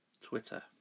Twitter